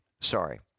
Sorry